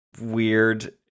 weird